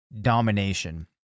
domination